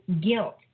guilt